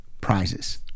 prizes